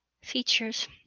Features